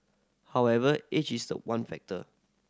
however age is the one factor